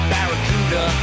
Barracuda